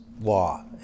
law